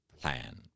plan